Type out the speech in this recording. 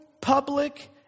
public